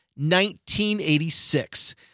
1986